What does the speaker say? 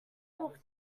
walked